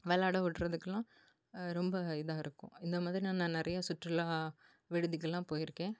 விளாட விடுறதுக்குலாம் ரொம்ப இதாக இருக்கும் இந்த மாதிரி நான் நான் நிறையா சுற்றுலா விடுதிக்கெல்லாம் போயிருக்கேன்